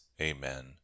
Amen